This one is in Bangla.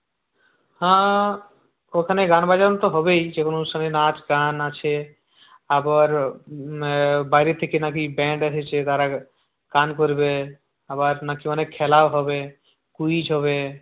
হ্যাঁ ওখানে গান বাজানো তো হবেই যে কোনো অনুষ্ঠানে নাচ গান আছে আবার বাইরে থেকে নাকি ব্যান্ড এসেছে তারা গান করবে আবার নাকি অনেক খেলাও হবে ক্যুইজ হবে